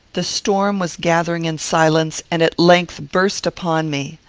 the storm was gathering in silence, and at length burst upon me.